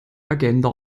agenda